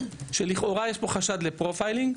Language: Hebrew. שלכאורה יש פה חשד לפרופיילינג,